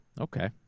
Okay